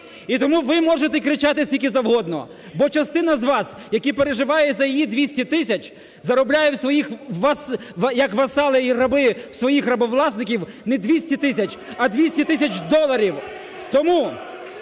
І тому ви можете кричати скільки завгодно, бо частина з вас, які переживає за її 200 тисяч, заробляє у своїх, як васали і раби, у своїх рабовласників не 200 тисяч, а 200 тисяч доларів. Тому…